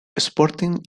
sporting